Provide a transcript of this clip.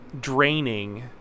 draining